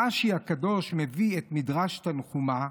רש"י הקדוש מביא את מדרש תנחומא,